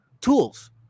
tools